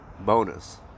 bonus